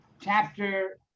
chapter